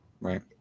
right